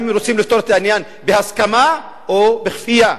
האם רוצים לפתור את העניין בהסכמה או בכפייה?